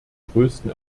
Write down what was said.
größten